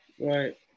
right